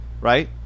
right